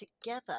together